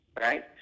Right